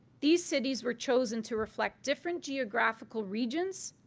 these cities were chosen to reflect different geographical regions,